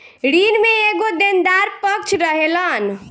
ऋण में एगो देनदार पक्ष रहेलन